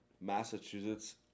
Massachusetts